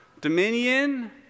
dominion